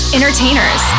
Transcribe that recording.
entertainers